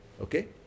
okay